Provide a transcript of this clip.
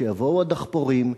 וכשיבואו הדחפורים,